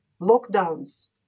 lockdowns